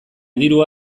diru